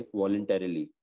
voluntarily।